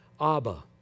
Abba